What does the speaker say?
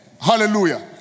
hallelujah